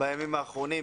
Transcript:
בימים האחרונים.